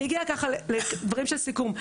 אני אגיע לדברים של סיכום.